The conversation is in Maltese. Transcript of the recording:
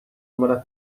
mara